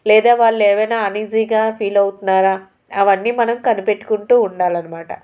లేదా వాళ్ళు ఏమైనా అన్ఈజీగా ఫీల్ అవుతున్నారా అవన్నీ మనం కనిపెట్టుకుంటూ ఉండాలనమాట